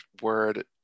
word